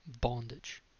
bondage